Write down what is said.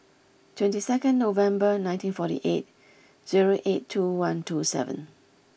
twenty second November nineteen forty eight zero eight two one two seven